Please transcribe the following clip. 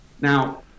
Now